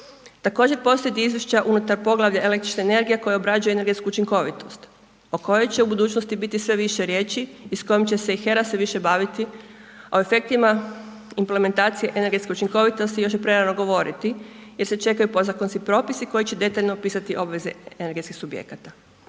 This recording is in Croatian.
Također postoje izvješća unutar poglavlja električne energije koja obrađuje energetsku učinkovitost o kojoj će u budućnosti biti sve više riječi i s kojom će se i HERA sve više baviti, a o efektima implementacije energetske učinkovitosti još je prerano govoriti jer se čekaju podzakonski propisi koji će detaljno opisati obveze energetskih subjekata.